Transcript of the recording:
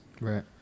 Right